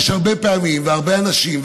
יש הרבה פעמים והרבה אנשים,